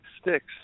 sticks